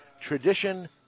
tradition